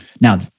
Now